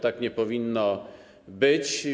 Tak nie powinno być.